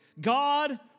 God